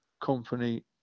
company